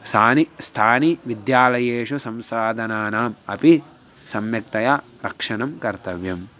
यानि स्थानीयेषु विद्यालयेषु संसाधनानाम् अपि सम्यक्तया रक्षणं कर्तव्यम्